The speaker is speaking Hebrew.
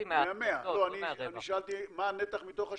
לא, אני שאלתי מה הנתח מתוך ה-62%,